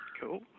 Cool